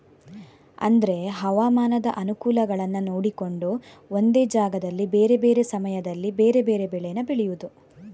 ಅಂದ್ರೆ ಹವಾಮಾನದ ಅನುಕೂಲಗಳನ್ನ ನೋಡಿಕೊಂಡು ಒಂದೇ ಜಾಗದಲ್ಲಿ ಬೇರೆ ಬೇರೆ ಸಮಯದಲ್ಲಿ ಬೇರೆ ಬೇರೆ ಬೆಳೇನ ಬೆಳೆಯುದು